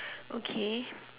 okay